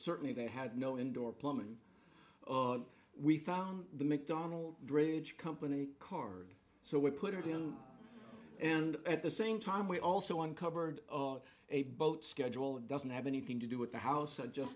certainly they had no indoor plumbing we thought the mcdonald drainage company card so we put her down and at the same time we also uncovered a boat schedule doesn't have anything to do with the house i just